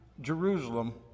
Jerusalem